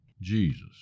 Jesus